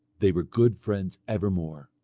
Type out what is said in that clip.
they were good friends evermore.